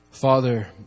Father